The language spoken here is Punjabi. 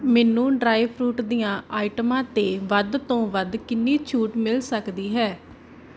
ਮੈਨੂੰ ਡਰਾਈ ਫਰੂਟ ਦੀਆਂ ਆਈਟਮਾਂ 'ਤੇ ਵੱਧ ਤੋਂ ਵੱਧ ਕਿੰਨੀ ਛੋਟ ਮਿਲ ਸਕਦੀ ਹੈ